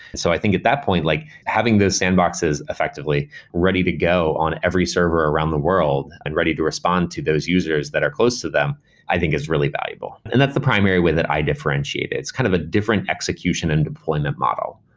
so i think at that point, like having those sandboxes effectively ready to go on every server around the world and ready to respond to those users that are close to them i think is really valuable. and that's the primary way that i differentiate it. it's kind of a different execution and deployment model,